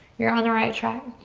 you're on the right track.